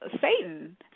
Satan